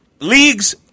leagues